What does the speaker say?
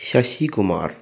Sasikumar